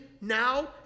now